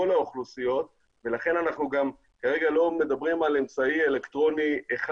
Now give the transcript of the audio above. האוכלוסיות ולכן אנחנו גם כרגע לא מדברים על אמצעי אלקטרוני אחד